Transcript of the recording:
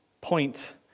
point